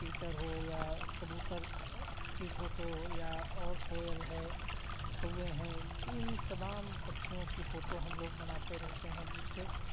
तीतर हो या कबूतर की फोटो हो या और कोयल है कौए हैं इन तमाम पक्षियों की फोटो हम लोग बनाते रहते हैं जिससे